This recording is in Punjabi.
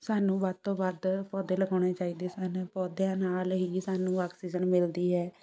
ਸਾਨੂੰ ਵੱਧ ਤੋਂ ਵੱਧ ਪੌਦੇ ਲਗਾਉਣੇ ਚਾਹੀਦੇ ਸਨ ਪੌਦਿਆਂ ਨਾਲ ਹੀ ਸਾਨੂੰ ਆਕਸੀਜਨ ਮਿਲਦੀ ਹੈ